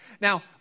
Now